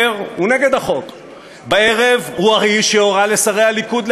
הרי כבר הודיע השר גלנט שיש הסכם.